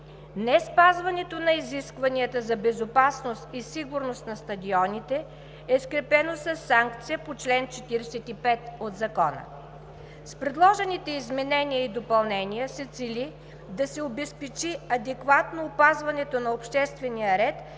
Неспазването на изискванията за безопасност и сигурност на стадионите е скрепено със санкция по чл. 45 от Закона. С предложените изменения и допълнения се цели да се обезпечи адекватно опазването на обществения ред